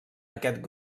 aquest